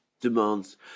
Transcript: demands